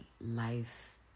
life